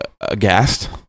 aghast